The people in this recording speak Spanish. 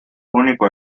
único